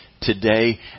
today